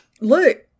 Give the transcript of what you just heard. look